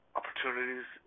opportunities